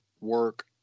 work